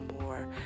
more